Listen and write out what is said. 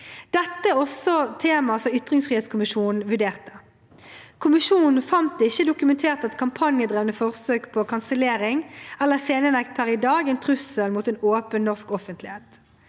Dette er også temaer som ytringsfrihetskommisjonen vurderte. Kommisjonen fant det ikke dokumentert at kampanjedrevne forsøk på kansellering eller scenenekt per i dag er en trussel mot en åpen norsk offentlighet.